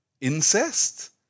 incest